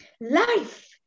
Life